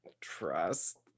trust